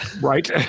Right